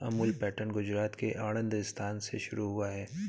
Amul pattern Gujarat के आणंद स्थान से शुरू हुआ है